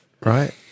right